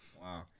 Wow